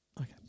Okay